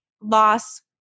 loss